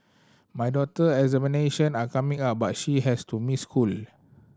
my daughter examination are coming up but she has to miss school